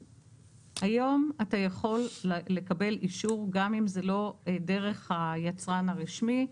היום אתה יכול לקבל אישור גם אם זה לא דרך היצרן הרשמי.